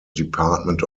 department